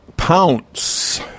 Pounce